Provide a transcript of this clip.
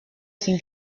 sin